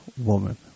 woman